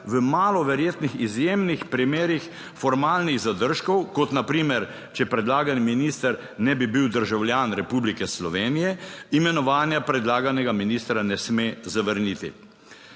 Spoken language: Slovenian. v malo verjetnih izjemnih primerih formalnih zadržkov, kot na primer, če predlagani minister ne bi bil državljan Republike Slovenije, imenovanja predlaganega ministra ne sme zavrniti.